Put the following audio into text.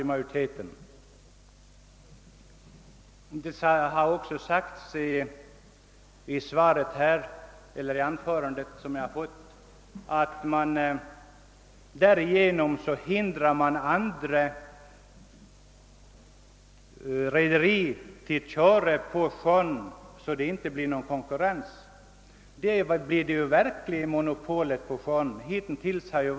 Statsrådet har vidare sagt, att ett sådant bolag skulle hindra andra rederier från att konkurrera i sjötrafiken på Gotland. Det blir då ett verkligt monopol på sjötrafiken till Gotland.